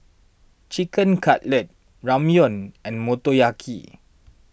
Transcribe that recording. Chicken Cutlet Ramyeon and Motoyaki